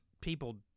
people